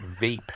vape